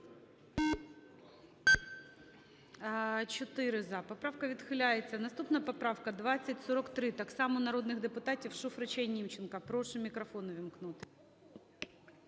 За-4 Поправка відхиляється. Наступна поправка 2043, так само народних депутатів Шуфрича і Німченка. Прошу мікрофон увімкнути.